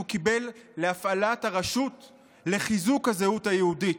קיבל להפעלת הרשות לחיזוק הזהות היהודית.